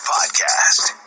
Podcast